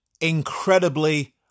incredibly